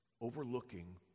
overlooking